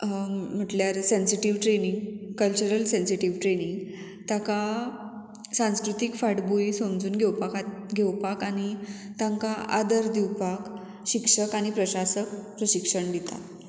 म्हटल्यार sensitive training cultural sensitive training ताका सांस्कृतीक फांटभूंय समजून घेवपाक घेवपाक आनी तांकां आदर दिवपाक शिक्षक आनी प्रशासक प्रशिक्षण दितात